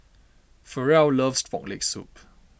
Farrell loves Frog Leg Soup